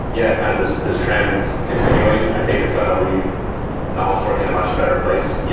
yeah, kind of this this trend continuing. i think it's going to leave knowledge work in a much better place, yeah